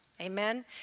Amen